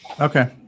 Okay